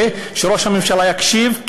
ושראש הממשלה יקשיב,